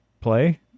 play